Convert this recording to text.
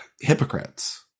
hypocrites